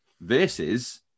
versus